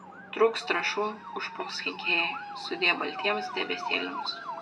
trūks trąšų užpuls kenkėjai sudie baltiems debesėliams